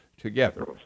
Together